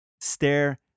Stare